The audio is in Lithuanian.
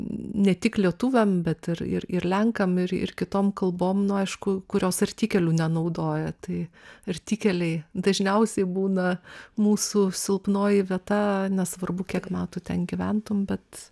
ne tik lietuviam bet ir ir ir lenkams ir ir kitom kalbom nu aišku kurios artikelių nenaudoja tai artikeliai dažniausiai būna mūsų silpnoji vieta nesvarbu kiek metų ten gyventum bet